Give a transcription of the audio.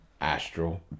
astral